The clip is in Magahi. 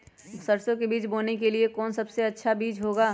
सरसो के बीज बोने के लिए कौन सबसे अच्छा बीज होगा?